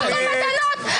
חוק המתנות.